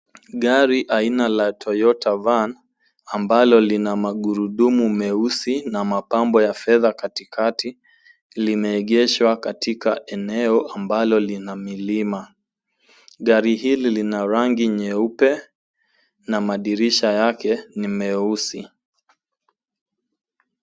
Gari aina ya Toyota van ambalo lina magurudumu meusi na mapambo ya fedha katikati limeegeshwa katika eneo ambalo lina milima. Gari hili lina rangi nyeupe na madirisha yake ni meusi.